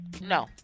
No